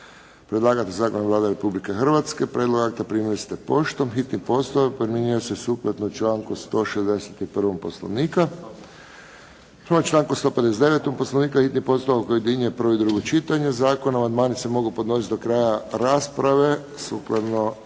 Predlagatelj zakona je Vlada Republike Hrvatske. Prijedlog akta primili ste poštom. Hitni postupak primjenjuje se sukladno članku 161. Poslovnika. Prema članku 159. Poslovnika hitni postupak objedinjuje prvo i drugo čitanje zakona. Amandmani se mogu podnositi do kraja rasprave sukladno